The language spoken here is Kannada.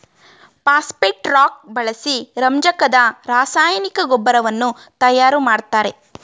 ಪಾಸ್ಪೆಟ್ ರಾಕ್ ಬಳಸಿ ರಂಜಕದ ರಾಸಾಯನಿಕ ಗೊಬ್ಬರವನ್ನು ತಯಾರು ಮಾಡ್ತರೆ